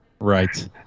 Right